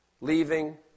leaving